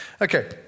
Okay